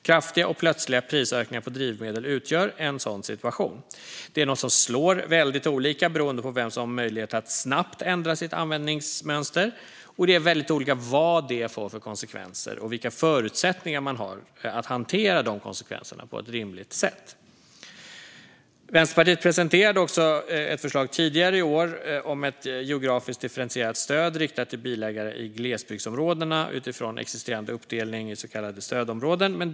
Kraftiga och plötsliga prisökningar på drivmedel utgör en sådan situation. Det är något som slår väldigt olika beroende på vem som har möjlighet att snabbt ändra sitt användningsmönster. Det är väldigt olika vad det får för konsekvenser och vilka förutsättningar man har att hantera de konsekvenserna på ett rimligt sätt. Vänsterpartiet presenterade också ett förslag tidigare i år om ett geografiskt differentierat stöd riktat till bilägare i glesbygdsområdena utifrån existerande uppdelning i så kallade stödområden.